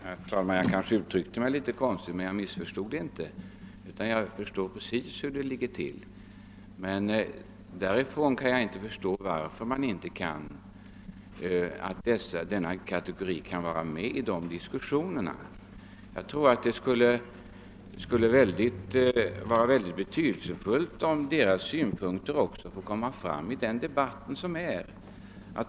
Herr talman! Jag kanske uttryckte mig litet oklart, men jag missförstod inte svaret, det syns i mitt svar. Jag förstår precis hur det ligger till. Däremot kan jag inte förstå att den kategori som jag har nämnt inte kan få delta i diskussionerna. Jag tror att det skulle vara mycket betydelsefullt om deras synpunkter också fick komma fram i den debatt som förs.